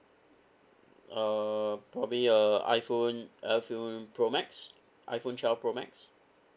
uh probably a iphone iphone pro max iphone twelve pro max